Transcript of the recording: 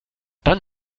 dann